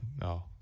no